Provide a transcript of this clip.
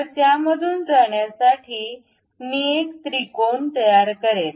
तर त्यामधून जाण्यासाठी मी एक त्रिकोण तयार करेल